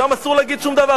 שם אסור להגיד שום דבר,